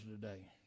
today